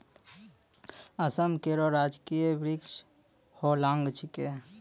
असम केरो राजकीय वृक्ष होलांग छिकै